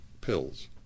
pills